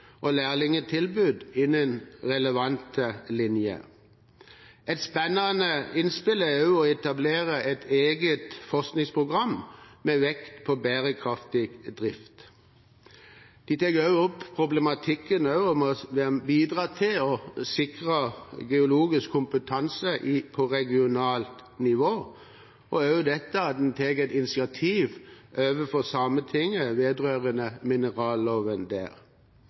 og lærlingtilbud innen relevante linjer. Et spennende innspill er også å etablere et eget forskningsprogram med vekt på bærekraftig drift. Jeg tar også opp problematikken med å bidra til å sikre geologisk kompetanse på regionalt nivå, og at man tar et initiativ overfor Sametinget vedrørende mineralloven.